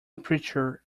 preacher